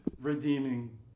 redeeming